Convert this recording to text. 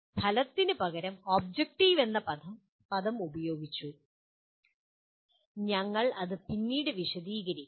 ഫലത്തിനു പകരം ഒബ്ജക്റ്റീവ് എന്ന പദം ഉപയോഗിച്ചു ഞങ്ങൾ അത് പിന്നീട് വിശദീകരിക്കും